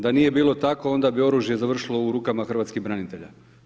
Da nije bilo tako onda bi oružje završilo u rukama hrvatskih branitelja.